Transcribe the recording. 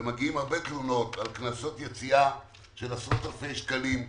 ומגיעות הרבה תלונות על קנסות יציאה של עשרות אלפי שקלים.